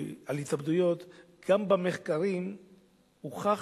לדבר על התאבדויות, גם במחקרים הוכח